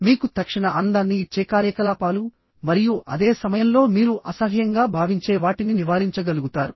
మీకు తక్షణ ఆనందాన్ని ఇచ్చే కార్యకలాపాలు మరియు అదే సమయంలో మీరు అసహ్యంగా భావించే వాటిని నివారించగలుగుతారు